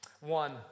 One